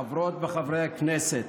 חברות וחברי הכנסת,